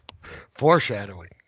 Foreshadowing